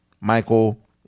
Michael